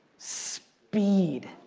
speed.